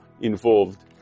involved